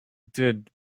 did